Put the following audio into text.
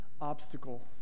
obstacle